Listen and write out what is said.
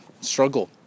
struggle